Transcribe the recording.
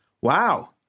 Wow